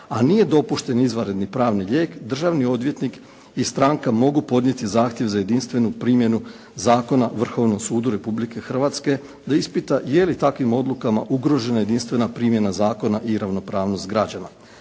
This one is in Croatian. a nije dopušten izvanredni pravni lijek, državni odvjetnik i stranka mogu podnijeti zahtjev za jedinstvenu primjenu zakona Vrhovnom sudu Republike Hrvatske da ispita je li takvim odlukama ugrožena jedinstvena primjena zakona i ravnopravnost građana.